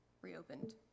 reopened